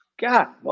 God